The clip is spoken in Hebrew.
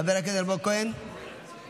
חבר הכנסת אלמוג כהן, בבקשה.